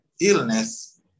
illness